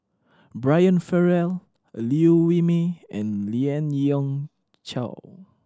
Brian Farrell Liew Wee Mee and Lien Ying Chow